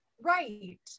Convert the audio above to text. Right